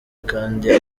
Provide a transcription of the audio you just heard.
kandi